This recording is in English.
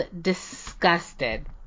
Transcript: disgusted